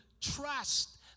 trust